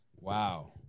Wow